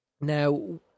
now